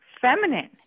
feminine